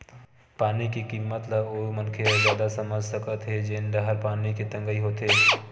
पानी के किम्मत ल ओ मनखे ह जादा समझ सकत हे जेन डाहर पानी के तगई होवथे